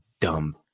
dumb